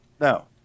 No